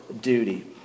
duty